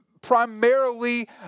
primarily